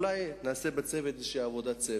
אולי נעשה איזו עבודת צוות,